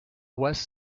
west